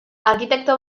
arkitekto